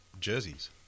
jerseys